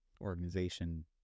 organization